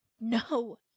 no